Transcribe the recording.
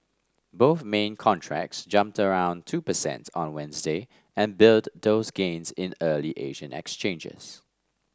both main contracts jumped around two percent on Wednesday and built those gains in early Asian exchanges